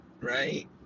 Right